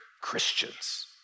Christians